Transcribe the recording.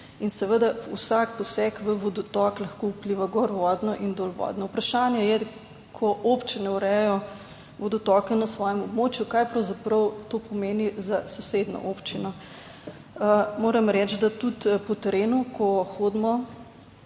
in seveda vsak poseg v vodotok lahko vpliva gorvodno in dolvodno. Vprašanje je, ko občine urejajo vodotoke na svojem območju. Kaj pravzaprav to pomeni za sosednjo občino. Moram reči, da tudi po terenu, ko hodimo